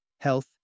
Health